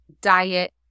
diet